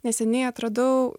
neseniai atradau